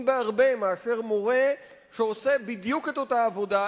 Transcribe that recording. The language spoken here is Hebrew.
בהרבה מאשר מורה שעושה בדיוק את אותה עבודה,